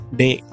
day